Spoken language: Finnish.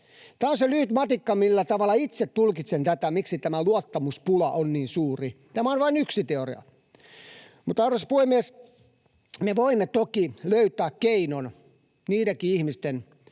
Tämä on se lyhyt matikka, millä tavalla itse tulkitsen tätä, miksi luottamuspula on niin suuri. Tämä on vain yksi teoria. Arvoisa puhemies! Me voimme toki löytää keinon niidenkin ihmisten hyväksi,